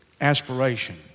aspiration